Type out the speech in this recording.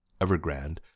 Evergrande